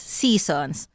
seasons